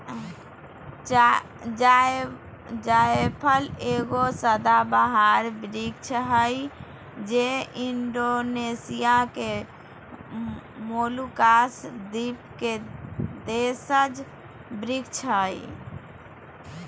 जायफल एगो सदाबहार वृक्ष हइ जे इण्डोनेशिया के मोलुकास द्वीप के देशज वृक्ष हइ